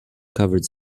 covered